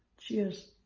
cheers.